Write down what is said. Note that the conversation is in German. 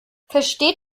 versteht